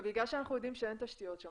אני אגיד בצורה כנה,